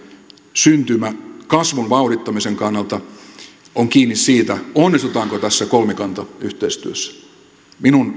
syntymä kasvun vauhdittamisen kannalta on kiinni siitä onnistutaanko tässä kolmikantayhteistyössä minun